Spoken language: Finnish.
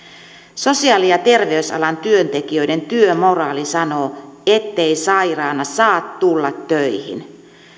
sosiaali ja terveysalan työntekijöiden työmoraali sanoo ettei sairaana saa tulla töihin